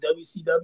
WCW